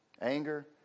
Anger